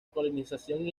colonización